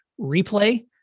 replay